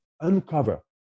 uncover